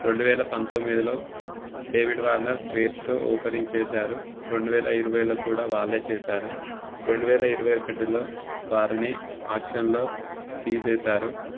రెండు వేల పంతొమ్మిదిలో డేవిడ్ వార్నర్ బేస్ట్రో ఓపెనింగ్ చేసారు రెండు వేల ఇరవైలో కూడా వాళ్ళే చేసారు రెండు వేల ఇరవై ఒకటిలో వారిని ఆక్షన్లో తీసేసారు